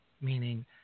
meaning